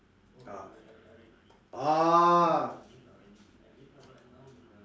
ah